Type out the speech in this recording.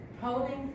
Holding